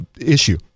issue